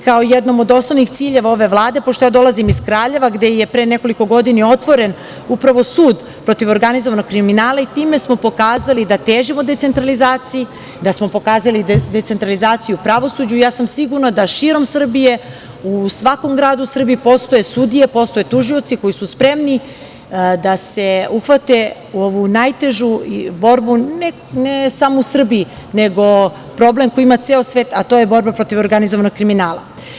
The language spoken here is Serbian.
Kao jednim od osnovnih ciljeva ove Vlade, pošto ja dolazim iz Kraljeva, gde je pre nekoliko godina otvoren sud protiv organizovanog kriminala, time smo pokazali da težimo decentralizaciji, da smo pokazali decentralizaciju u pravosuđu, ja sam sigurna da širom Srbije, u svakom gradu u Srbiji postoje sudije, postoje tužioci koji su spremni da se uhvate u najtežu borbu, ne samo u Srbiji, nego problem koji ima ceo svet, a to je borba protiv organizovanog kriminala.